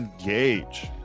engage